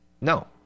No